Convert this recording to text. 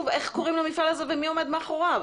איך קוראים למפעל הזה ומי עומד מאחוריו.